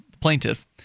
plaintiff